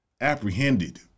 apprehended